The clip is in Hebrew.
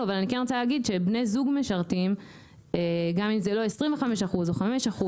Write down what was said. אבל אני כן רוצה להגיד שבני זוג משרתים גם אם זה לא 25% או 5%,